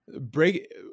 break